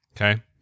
okay